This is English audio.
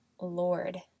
Lord